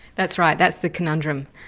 that's right. that's the conundrum.